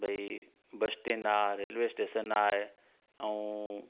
भई bus stand आहे railway station आहे ऐं